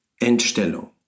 entstellung